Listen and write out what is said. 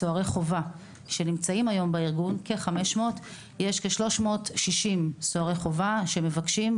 סוהרי חובה שנמצאים היום בארגון יש כ-360 סוהרי חובה שמבקשים,